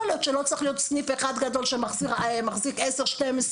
יכול להיות שלא צריך להיות סניף אחד גדול שמחזיק 10 12,